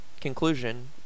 conclusion